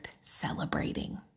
celebrating